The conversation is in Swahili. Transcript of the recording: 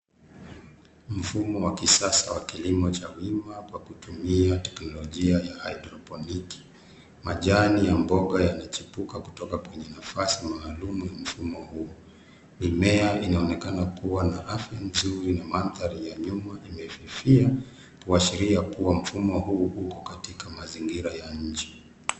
Mfumo wa kisasa wa kilimo cha wima kwa kutumia teknolojia ya haidroponiki. Majani ya mboga yanachipuka kutoka kwenye nafasi maalum ya mfumo huu. Mimea inaonekana kuwa na afya nzuri na mandhari ya nyuma imefifia kuashiria kuwa mfumo huu uko katika mzaingira ya nje.